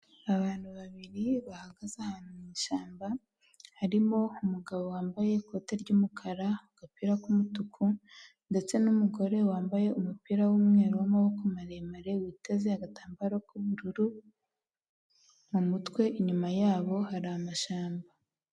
Abantu babiri bahagaze ahantu mu ishyamba harimo umugabo wambaye ikoti ry'umukara agapira k'umutuku ndetse n'umugore wambaye umupira w'umweru w'amaboko maremare witeze agatambaro k'ubururu mu mutwe inyuma yabo hari amashyamba.